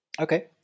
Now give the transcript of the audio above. Okay